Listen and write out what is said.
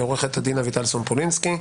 עו"ד אביטל סומפולינסקי,